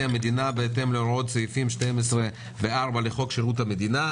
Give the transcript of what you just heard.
המדינה בהתאם להוראות סעיפים 12 ו-41 לחוק שירות המדינה.